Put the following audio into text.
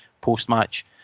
post-match